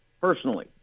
personally